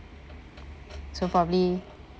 so probably